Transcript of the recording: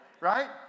Right